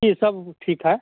जी सब ठीक है